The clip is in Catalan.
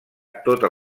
totes